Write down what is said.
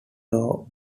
door